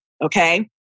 okay